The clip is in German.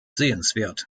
sehenswert